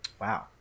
Wow